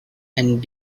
and